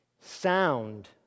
sound